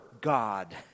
God